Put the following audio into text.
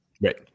Right